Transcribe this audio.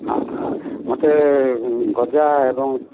ହଁ ମୋତେ ଗଜା ଏବଂ